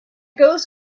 goes